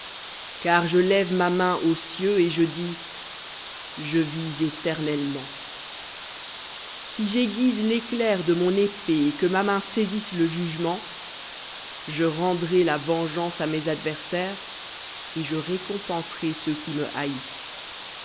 car je lève ma main aux cieux et je dis je vis éternellement si j'aiguise l'éclair de mon épée et que ma main saisisse le jugement je rendrai la vengeance à mes adversaires et je récompenserai ceux qui me haïssent